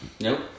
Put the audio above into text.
Nope